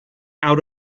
out